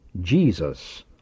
Jesus